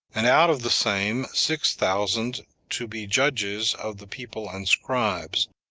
and out of the same, six thousand to be judges of the people and scribes,